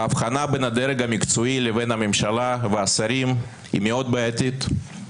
ההבחנה בין הדרג המקצועי לבין הממשלה והשרים היא בעייתית מאוד.